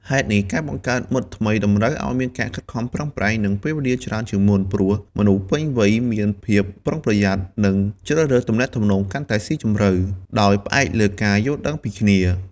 ហេតុនេះ ការបង្កើតមិត្តថ្មីតម្រូវឱ្យមានការខិតខំប្រឹងប្រែង និងពេលវេលាច្រើនជាងមុន ព្រោះមនុស្សពេញវ័យមានភាពប្រុងប្រយ័ត្ន និងជ្រើសរើសទំនាក់ទំនងកាន់តែស៊ីជម្រៅ ដោយផ្អែកលើការយល់ដឹងពីគ្នា។